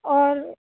اور